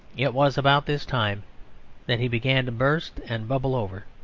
it was about this time that he began to burst and bubble over,